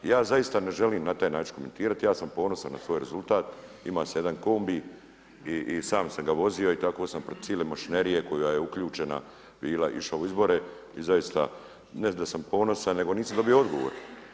I ja zaista ne želim na taj način komentirati, ja sam ponosan na svoj rezultat, imao sam jedan kombi i sam sam ga vozio i tako sam protiv cijele mašinerije koja je uključena bila išla u izbore i zaista ne da sam ponosan nego nisam dobio odgovor.